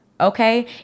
Okay